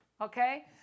Okay